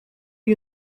you